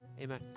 Amen